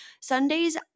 Sundays